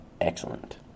Excellent